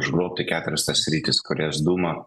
užgrobti keturias tas sritis kurias dūma